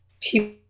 people